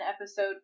episode